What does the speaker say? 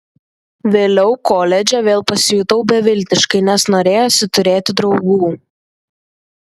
vėliau koledže vėl pasijutau beviltiškai nes norėjosi turėti draugų